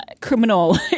criminal